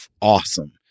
awesome